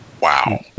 Wow